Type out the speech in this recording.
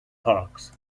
parks